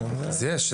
יש.